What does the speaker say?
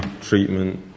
treatment